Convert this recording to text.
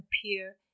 appear